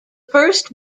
first